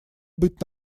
быть